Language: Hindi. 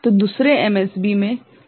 तो दूसरे एमएसबी मे एक समस्या है